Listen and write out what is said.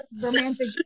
romantic